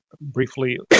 briefly